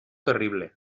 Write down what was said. terrible